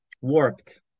warped